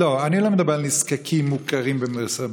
לא, אני לא מדבר על נזקקים מוכרים לרווחה.